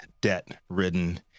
debt-ridden